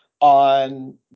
on